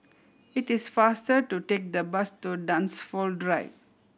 it is faster to take the bus to Dunsfold Drive